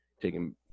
taking